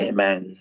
Amen